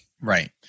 Right